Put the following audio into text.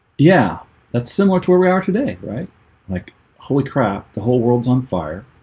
yeah that's similar to where we are today right like holy crap the whole worlds on fire